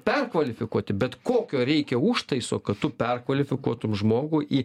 perkvalifikuoti bet kokio reikia užtaiso kad tu perkvalifikuotum žmogų į